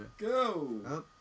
Go